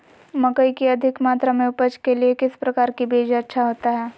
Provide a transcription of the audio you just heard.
मकई की अधिक मात्रा में उपज के लिए किस प्रकार की बीज अच्छा होता है?